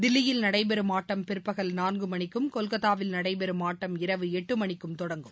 தில்லியில் நடைபெறும் ஆட்டம் பிற்பகல் நான்கு மணிக்கும் கொல்கத்தாவில் நடைபெறும் ஆட்டம் இரவு எட்டு மணிக்கும் தொடங்கும்